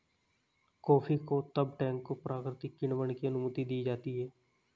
coffee को तब टैंकों प्राकृतिक किण्वन की अनुमति दी जाती है